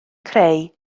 creu